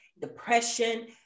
depression